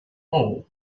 hull